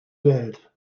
welt